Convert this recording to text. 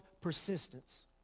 Persistence